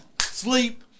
sleep